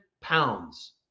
pounds